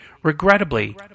Regrettably